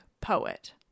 poet